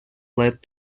led